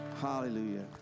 Hallelujah